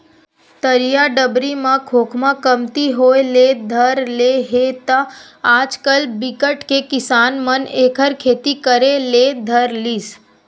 तरिया डबरी म खोखमा कमती होय ले धर ले हे त आजकल बिकट के किसान मन एखर खेती करे ले धर लिस